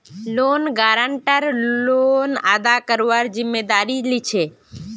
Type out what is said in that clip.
loan guarantor loan अदा करवार जिम्मेदारी लीछे